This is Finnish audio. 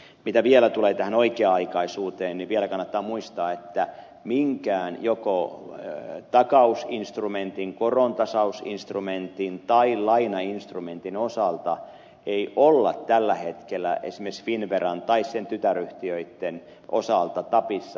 mitä vielä tulee tähän oikea aikaisuuteen niin vielä kannattaa muistaa että minkään takausinstrumentin korontasausinstrumentin tai lainainstrumentin osalta ei olla tällä hetkellä esimerkiksi finnveran tai sen tytäryhtiöitten osalta tapissa